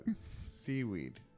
seaweed